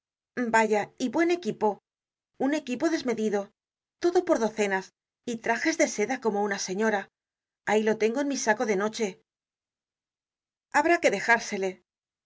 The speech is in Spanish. vaya y buen equipo un equipo desmedido todo por docenas y trajes de seda como una señora ahí lo tengo en mi saco de noche habrá que dejársele